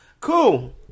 Cool